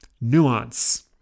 Nuance